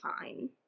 fine